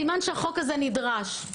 סימן שהחוק הזה נדרש.